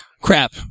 Crap